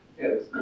Yes